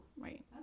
Right